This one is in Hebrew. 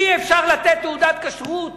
אי-אפשר לתת תעודת כשרות